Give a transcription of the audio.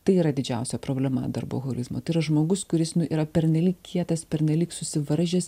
tai yra didžiausia problema darboholizmo tai yra žmogus kuris nu yra pernelyg kietas pernelyg susivaržęs